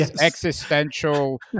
existential